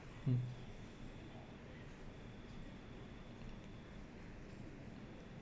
mm